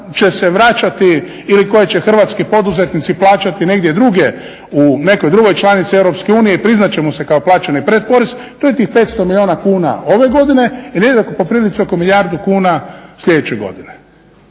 će se vraćati ili koja će hrvatski poduzetnici plaćati negdje drugdje u nekoj drugoj članici Europske unije i priznati će mu se kao plaćeni predporez, to je tih 500 milijuna kuna ove godine i negdje po prilici oko milijardu kuna sljedeće godine.